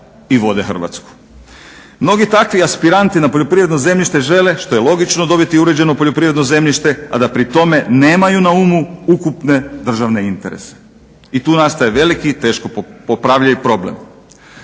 i tu nastaje veliki teško popravljivi problem.